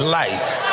life